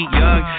young